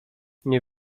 nie